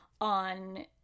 On